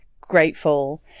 grateful